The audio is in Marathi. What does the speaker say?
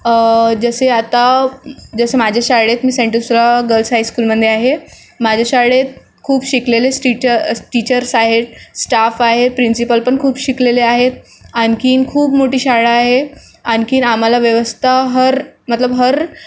जसे आता जसे माझ्या शाळेत मी सेंट दुसराव गर्ल्स हायस्कूलमध्ये आहे माझ्या शाळेत खूप शिकलेले स्टिचर टीचर्स आहेत स्टाफ आहे प्रिंसिपल पण खूप शिकलेले आहेत आणखीन खूप मोठी शाळा आहे आणखीन आम्हाला व्यवस्था हर मतलब हर